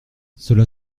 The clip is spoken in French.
cela